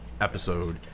episode